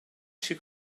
took